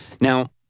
Now